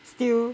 still